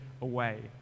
away